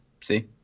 see